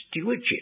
stewardship